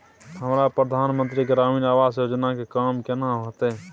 हमरा प्रधानमंत्री ग्रामीण आवास योजना के काम केना होतय?